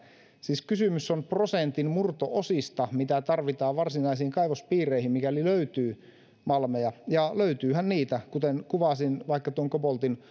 siis kysymys on prosentin murto osista mitä tarvitaan varsinaisiin kaivospiireihin mikäli malmeja löytyy ja löytyyhän niitä kuten kuvasin vaikka tuon koboltin